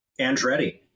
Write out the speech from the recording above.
Andretti